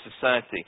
society